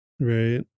Right